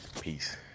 Peace